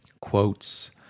quotes